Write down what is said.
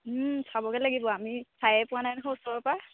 চাবগে লাগিব আমি চায়ে পোৱা নাই নহয় ওচৰৰ পৰা